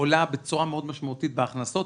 עולה בצורה מאוד משמעותית בהכנסות.